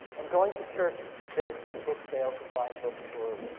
and going to church basement book sales and buying books for,